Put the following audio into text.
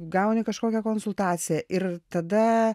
gauni kažkokią konsultaciją ir tada